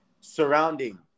surrounding